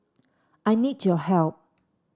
I need your help